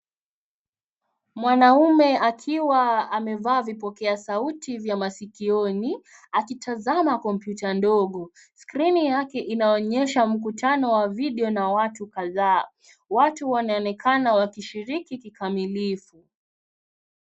Mwanaume akiwa amevaa vipokea sauti vya masikioni akitazama kompyuta ndogo. Skrini yake inaonyesha mkutano wa video na watu kadhaa. Watu wanaonekana wakishiriki kikamilifu.